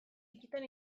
txikitan